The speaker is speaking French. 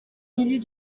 milieu